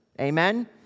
Amen